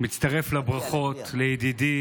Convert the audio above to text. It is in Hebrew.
מצטרף לברכות לידידי